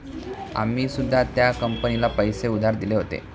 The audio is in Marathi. आम्ही सुद्धा त्या कंपनीला पैसे उधार दिले होते